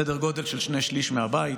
סדר גודל של שני שלישים מהבית,